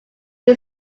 new